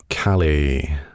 Callie